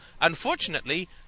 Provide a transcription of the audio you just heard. unfortunately